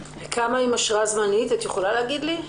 כמה עם אשרה זמנית את יכולה להגיד לי?